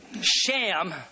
sham